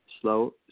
slow